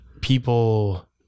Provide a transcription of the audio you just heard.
people